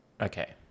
Okay